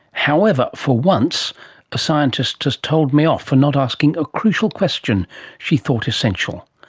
however, for once a scientist has told me off for not asking a crucial question she thought essential.